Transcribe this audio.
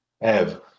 Ev